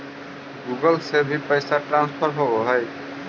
Google से भी पैसा ट्रांसफर होवहै?